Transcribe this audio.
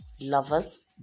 lovers